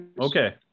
Okay